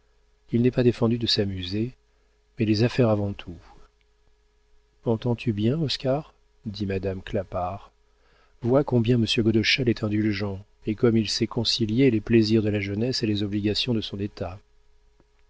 il n'est pas défendu de s'amuser mais les affaires avant tout entends-tu bien oscar dit madame clapart vois combien monsieur godeschal est indulgent et comme il sait concilier les plaisirs de la jeunesse et les obligations de son état